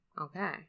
Okay